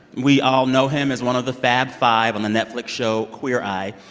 we all know him as one of the fab five on the netflix show queer eye.